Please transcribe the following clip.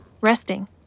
resting